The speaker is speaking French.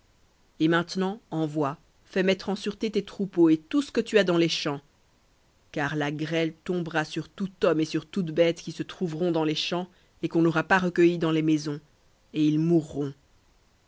et maintenant envoie fais mettre en sûreté tes troupeaux et tout ce que tu as dans les champs car la grêle tombera sur tout homme et toute bête qui se trouveront dans les champs et qu'on n'aura pas recueillis dans les maisons et ils mourront